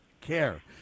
care